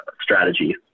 Strategy